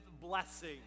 blessing